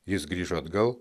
jis grįžo atgal